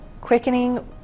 quickening